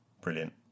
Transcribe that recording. Brilliant